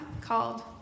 called